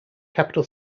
capital